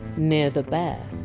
near the bear.